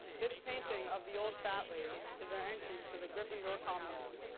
this painting of the old fat lady is our entrance to the gryffindor common room.